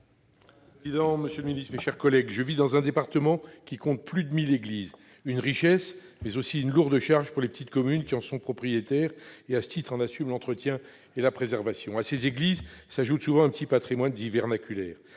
monsieur le ministre, mes chers collègues, je vis dans un département qui compte plus de 1 000 églises. C'est non seulement une richesse, mais également une lourde charge pour les petites communes qui en sont propriétaires et, à ce titre, en assument l'entretien et la préservation. À ces églises s'ajoute souvent un petit patrimoine dit « vernaculaire